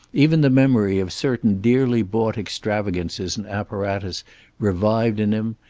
even the memory of certain dearly-bought extravagances in apparatus revived in him,